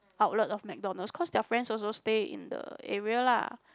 outlet loh McDonald's because their friends also stay in the area lah